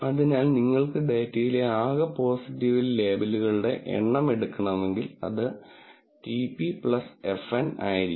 അതിനാൽ നിങ്ങൾക്ക് ഡാറ്റയിലെ ആകെ പോസിറ്റീവ് ലേബലുകളുടെ എണ്ണം എടുക്കണമെങ്കിൽ അത് TP FN ആയിരിക്കും